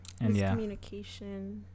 Miscommunication